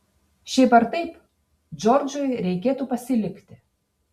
šiaip ar taip džordžui reikėtų pasilikti